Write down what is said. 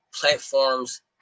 platforms